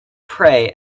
pray